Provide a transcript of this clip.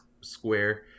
square